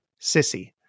Sissy